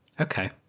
Okay